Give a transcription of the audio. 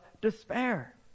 despair